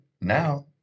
now